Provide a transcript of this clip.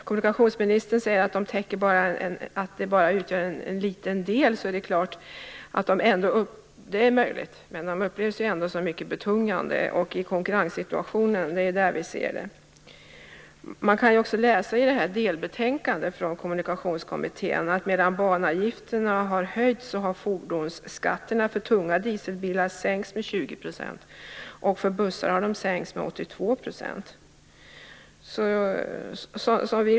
Kommunikationsministern säger att de bara utgör en liten del. Det är möjligt, men de upplevs ändå som mycket betungande i konkurrenssituationen. Det är den det handlar om. Man kan också läsa i Kommunikationskommitténs delbetänkande att medan banavgifterna har höjts har fordonsskatterna för tunga dieselbilar sänkts med 20 %. För bussar har de sänkts med 82 %.